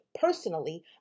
personally